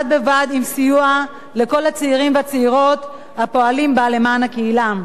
בד בבד עם סיוע לכל הצעירים והצעירות הפועלים בה למען הקהילה.